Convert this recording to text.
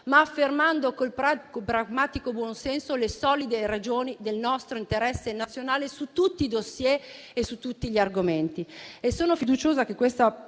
ma affermando con pragmatico buonsenso le solide ragioni del nostro interesse nazionale su tutti i *dossier* e su tutti gli argomenti. Sono fiduciosa che questa